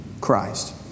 Christ